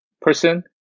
person